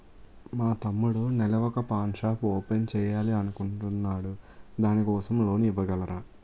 మా తమ్ముడు నెల వొక పాన్ షాప్ ఓపెన్ చేయాలి అనుకుంటునాడు దాని కోసం లోన్ ఇవగలరా?